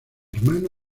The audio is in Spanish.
hermano